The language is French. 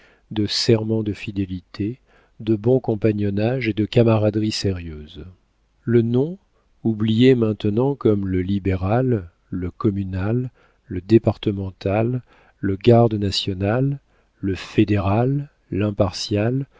de serments de fidélité de bon compagnonnage et de camaraderie sérieuse le nom oublié maintenant comme le libéral le communal le départemental le garde national le fédéral